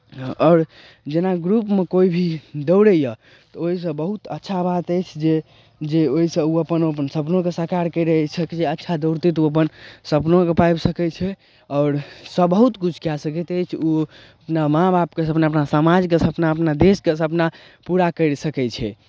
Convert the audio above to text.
आओर जेना ग्रुपमे कोइ भी दौड़ैए तऽ ओहिसँ बहुत अच्छा बात अछि जे जे ओहिसँ ओ अपन अपन सपनोकेँ साकार करि सकैए अच्छा दौड़तै तऽ ओ अपन सपनोकेँ पाबि सकै छै आओर से बहुत किछु कए सकैत अछि ओ अपना माँ बापके सपना अपना समाजके सपना अपना देशके सपना पूरा करि सकै छै